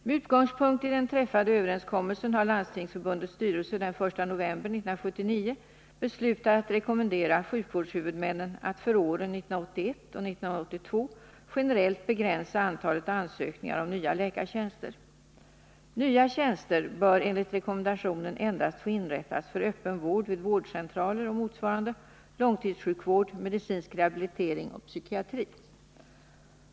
Med utgångspunkt i den träffade överenskommelsen har Landstingsförbundets styrelse den 1 november 1979 beslutat att rekommendera sjukvårdshuvudmännen att för åren 1981 och 1982 generellt begränsa antalet ansökningar om nya läkartjänster. Nya tjänster bör enligt rekommendationen endast få inrättas för öppen vård vid vårdcentraler , långtidssjukvård, medicinsk rehabilitering och psykiatri.